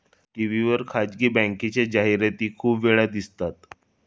TV वर खासगी बँकेच्या जाहिराती खूप वेळा दिसतात